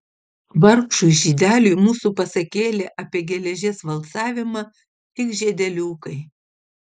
vargšui žydeliui mūsų pasakėlė apie geležies valcavimą tik žiedeliukai